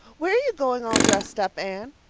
where are you going, all dressed up, anne?